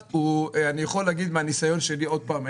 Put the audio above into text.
אני יכול להגיד מהניסיון שלי, עוד פעם,